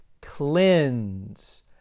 cleanse